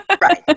Right